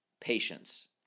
patience